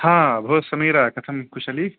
ह भोः समीरा कथं कुशली